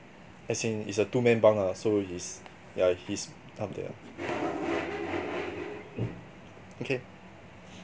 as in it's a two men bunk lah so he's yeah he's up there lah okay